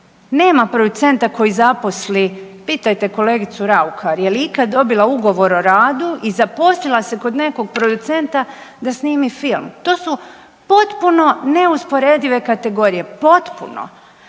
Nema producenta koji zaposli, pitajte kolegicu Raukar je li ikad dobila ugovor o radu i zaposlila se kod nekog producenta da snimi film. To su potpuno neusporedive kategorije, potpuno.